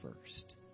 first